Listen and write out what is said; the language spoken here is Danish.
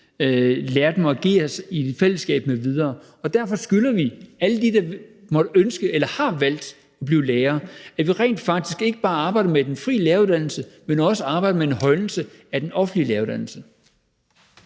lære dem at agere i et fællesskab m.v. Derfor skylder vi rent faktisk alle de, der måtte ønske eller har valgt at blive lærer, at vi ikke bare arbejder med den frie læreruddannelse, men at vi også arbejder med en højnelse af den offentlige læreruddannelse.